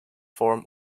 form